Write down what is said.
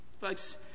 Folks